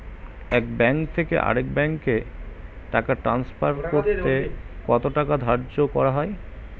এক ব্যাংক থেকে আরেক ব্যাংকে টাকা টান্সফার করতে কত টাকা ধার্য করা হয়?